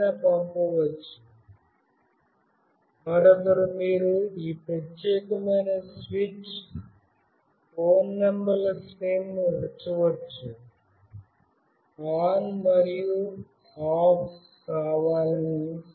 ఎవరైనా పంపవచ్చు మరొకరు మీరు ఈ ప్రత్యేకమైన స్విచ్ ఫోన్ నంబర్ల శ్రేణిని ఉంచవచ్చు ఆన్ మరియు ఆఫ్ కావాలని